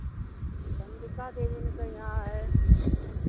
चन्द्रिका देवी कइहा है